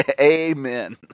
amen